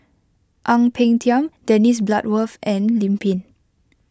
Ang Peng Tiam Dennis Bloodworth and Lim Pin